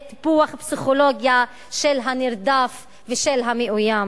טיפוח פסיכולוגיה של הנרדף ושל המאוים.